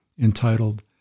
entitled